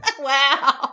Wow